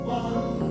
one